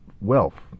wealth